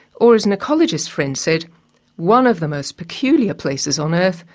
or as an ecologist friend said one of the most peculiar places on earth,